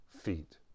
feet